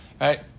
right